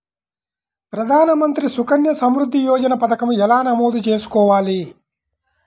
ప్రధాన మంత్రి సుకన్య సంవృద్ధి యోజన పథకం ఎలా నమోదు చేసుకోవాలీ?